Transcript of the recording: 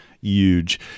huge